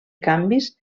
canvis